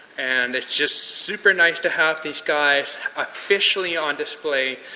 and it's just super nice to have these guys officially on display.